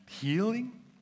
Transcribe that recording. healing